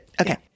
Okay